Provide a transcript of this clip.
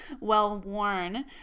well-worn